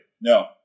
No